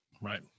Right